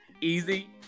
Easy